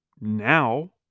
Now